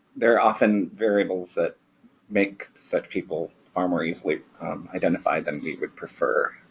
they're often variables that make such people far more easily identified than we would prefer.